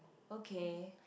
okay